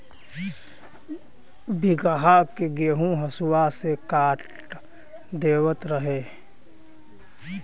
बीघहा के गेंहू हसुआ से काट देवत रहे